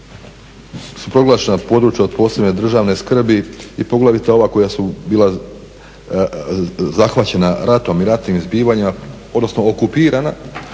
su proglašena područja od posebne državne skrbi i poglavito ova koja su bila zahvaćena ratom i ratnim zbivanjima, odnosno okupirana.